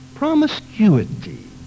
promiscuity